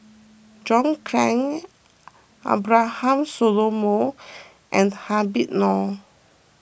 John Clang Abraham Solomon and Habib Noh